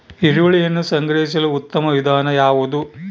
ಈರುಳ್ಳಿಯನ್ನು ಸಂಗ್ರಹಿಸಲು ಉತ್ತಮ ವಿಧಾನ ಯಾವುದು?